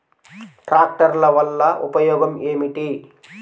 ట్రాక్టర్ల వల్ల ఉపయోగం ఏమిటీ?